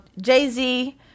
jay-z